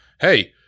hey